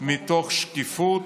מתוך שקיפות,